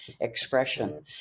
expression